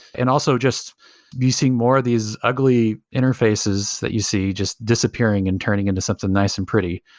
and also, just using more of these ugly interfaces that you see just disappearing and turning into something nice and pretty,